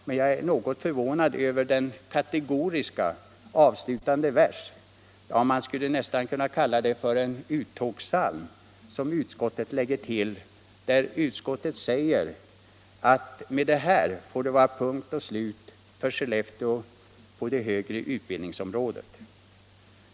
Men jag är något förvånad över den kategoriska avslutande vers, ja, man skulle nästan kunna kalla det för en utgångspsalm, som utskottet lägger till där man säger att med det här får det vara punkt och slut för Skellefteå på det högre utbildningsområdet.